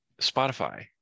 Spotify